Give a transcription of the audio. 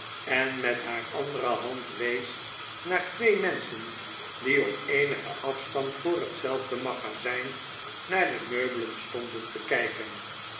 en met haar andere hand wees naar twee menschen die op eenigen afstand voor hetzelfde magazijn naar de meubelen stonden te kijken